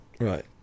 Right